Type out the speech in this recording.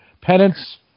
Penance